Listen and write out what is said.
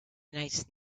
nice